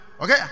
Okay